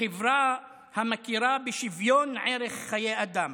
בחברה המכירה בשוויון ערך חיי אדם.